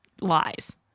lies